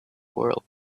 world